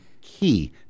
key